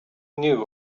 knew